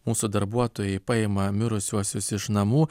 mūsų darbuotojai paima mirusiuosius iš namų